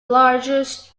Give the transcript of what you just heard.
largest